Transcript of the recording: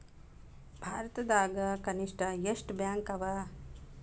ಭಾರತದಾಗ ಕನಿಷ್ಠ ಎಷ್ಟ್ ಬ್ಯಾಂಕ್ ಅವ?